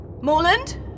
Morland